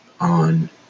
on